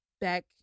Back